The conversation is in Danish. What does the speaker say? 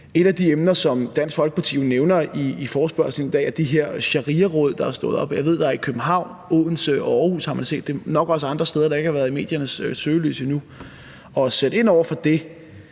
et af de emner, som Dansk Folkeparti jo nævner i forespørgslen i dag, er de her shariaråd, der er opstået – jeg ved da, at man har set dem i København, Aarhus og Odense, og nok også andre steder, der ikke har været i mediernes søgelys endnu. Og at sætte ind over for det,